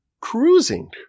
cruising